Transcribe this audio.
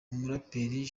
umuraperi